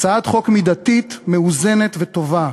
הצעת חוק מידתית, מאוזנת וטובה,